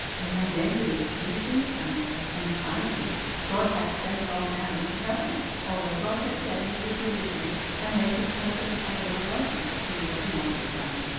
and made every excuse in the calendar and finally god had to send along aaron to help him, although god had said he would be with him and make him perfectly able alone to do what he wanted done.